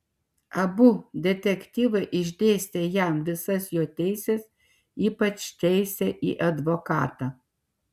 abu detektyvai išdėstė jam visas jo teises ypač teisę į advokatą